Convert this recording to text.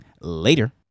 later